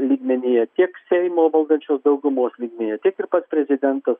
lygmenyje tiek seimo valdančios daugumos lygmenyje taip ir pats prezidentas